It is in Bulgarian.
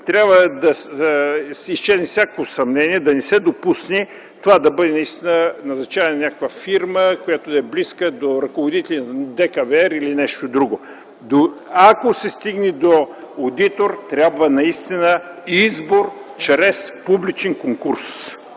трябва да изчезне всякакво съмнение, да не се допусне това да бъде наистина назначаване на някаква фирма, която да е близка до ДКВР или нещо друго. Ако се стигне до одитор, трябва наистина избор чрез публичен конкурс.